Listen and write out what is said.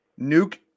Nuke